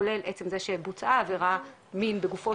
כולל עצם זה שבוצעה עבירת מין בגופו